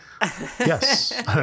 Yes